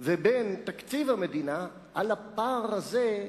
ובין תקציב המדינה הפער הזה,